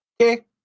Okay